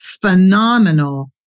phenomenal